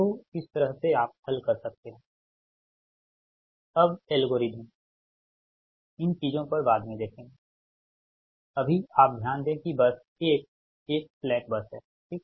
तो इस तरह से आप हल कर सकते हैं अब एल्गोरिदम इन चीजों पर बाद में देखेंगे अभी आप ध्यान दें कि बस 1 एक स्लैक बस है ठीक